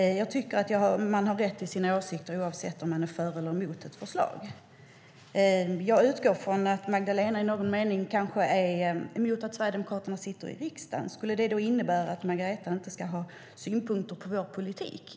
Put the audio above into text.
Jag tycker att man har rätt till sina åsikter, oavsett om man är för eller emot ett förslag. Jag utgår från att Magdalena i någon mening kanske är emot att Sverigedemokraterna sitter i riksdagen. Skulle det innebära att Magdalena inte ska ha synpunkter på vår politik?